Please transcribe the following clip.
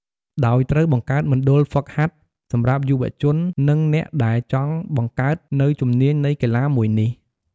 ដោយត្រូវបង្កើតមណ្ឌលហ្វឹកហាត់ សម្រាប់យុវជននិងអ្នកដែលចង់បង្កើតនៅជំនាញនៃកីឡាមួយនេះ។